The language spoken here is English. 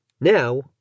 Now